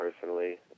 personally